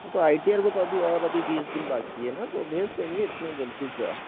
तो I T R को तो अभी और अभी बीस दिन बाकी है ना तो भेज देंगे इतने जल्दी क्या है